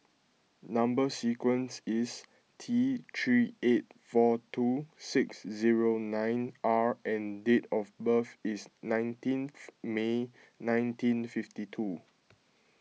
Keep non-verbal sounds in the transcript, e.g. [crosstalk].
Number Sequence is T three eight four two six zero nine R and date of birth is nineteen [noise] May nineteen fifty two